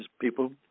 people